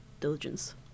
diligence